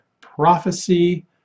prophecy